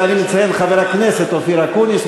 ואני מציין: חבר הכנסת אופיר אקוניס,